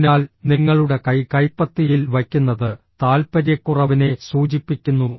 അതിനാൽ നിങ്ങളുടെ കൈ കൈപ്പത്തിയിൽ വയ്ക്കുന്നത് താൽപ്പര്യക്കുറവിനെ സൂചിപ്പിക്കുന്നു